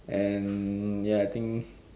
and ya I think